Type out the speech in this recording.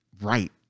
right